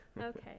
Okay